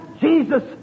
Jesus